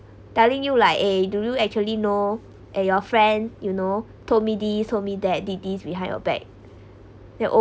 telling you like eh do you actually know eh your friend you know told me this told me that did this behind your back then